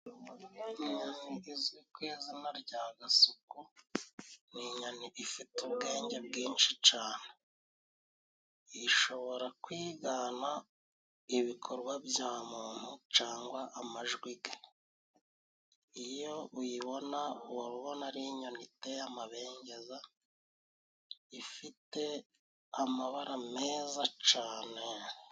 Inyoni izwi kw'izina rya gasuku n'inyoni ifite ubwenge bwinshi cane. Ishobora kwigana ibikorwa bya muntu, cangwa amajwi ge. Iyo uyibona uba ubona ari inyoni iteye amabengeza, ifite amabara meza cane.